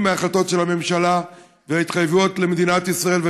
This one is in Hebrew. מההחלטות של הממשלה ומההתחייבויות של מדינת ישראל,